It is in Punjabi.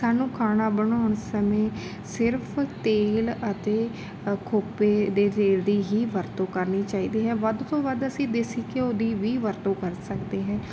ਸਾਨੂੰ ਖਾਣਾ ਬਣਾਉਣ ਸਮੇਂ ਸਿਰਫ਼ ਤੇਲ ਅਤੇ ਖੋਪੇ ਦੇ ਤੇਲ ਦੀ ਹੀ ਵਰਤੋਂ ਕਰਨੀ ਚਾਹੀਦਾ ਹੈ ਵੱਧ ਤੋਂ ਵੱਧ ਅਸੀਂ ਦੇਸੀ ਘਿਓ ਦੀ ਵੀ ਵਰਤੋਂ ਕਰ ਸਕਦੇ ਹਾਂ